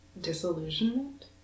disillusionment